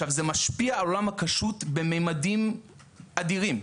זה משפיע על עולם הכשרות בממדים אדירים,